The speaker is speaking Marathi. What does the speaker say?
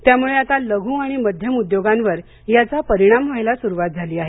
त्यामुळे आता लघू आणि मध्यम उद्योगांवर याचा परिणाम व्हायला सुरुवात झाली आहे